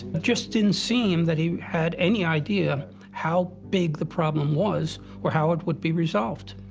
just didn't seem that he had any idea how big the problem was or how it would be resolved.